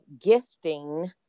gifting